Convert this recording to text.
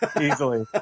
Easily